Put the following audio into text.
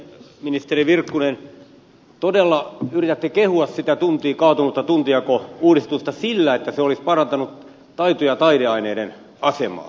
ministeri virkkunen todella yritätte kehua kaatunutta tuntijakouudistusta sillä että se olisi parantanut taito ja taideaineiden asemaa